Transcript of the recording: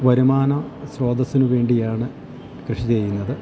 വരുമാന സ്രോതസ്സിന് വേണ്ടിയാണ് കൃഷി ചെയ്യുന്നത്